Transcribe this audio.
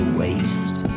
waste